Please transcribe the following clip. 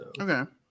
Okay